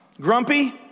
Grumpy